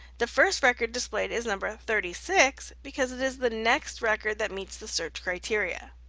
the first record displayed is number thirty six because it is the next record that meets the search criteria.